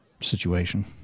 situation